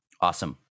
Awesome